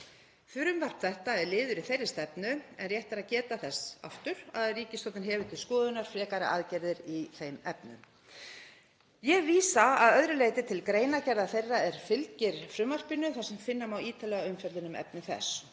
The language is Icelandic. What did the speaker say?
Frumvarp þetta er liður í þeirri stefnu en rétt er að geta þess aftur að ríkisstjórnin hefur til skoðunar frekari aðgerðir í þeim efnum. Ég vísa að öðru leyti til greinargerðar þeirrar er fylgir frumvarpinu þar sem finna má ítarlega umfjöllun um efni þess